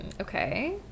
Okay